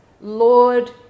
lord